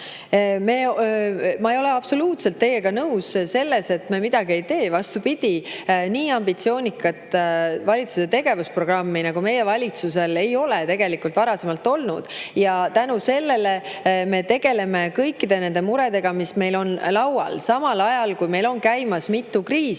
Ma ei ole absoluutselt teiega nõus, et me midagi ei tee. Vastupidi, nii ambitsioonikat valitsuse tegevusprogrammi nagu meie valitsusel ei ole tegelikult varasemalt olnud. Tänu sellele me tegeleme kõikide nende muredega, mis meil laual on, ja seda ajal, kui meil on endiselt käimas mitu kriisi.